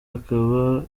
akaba